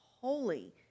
holy